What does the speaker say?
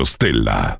Stella